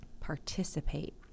participate